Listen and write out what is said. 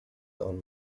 own